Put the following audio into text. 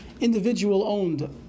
individual-owned